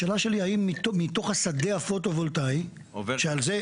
השאלה שלי האם מתוך השדה ה-פוטו-וולטאי שעל זה,